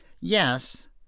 Yes